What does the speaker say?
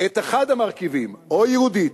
את אחד המרכיבים, או יהודית,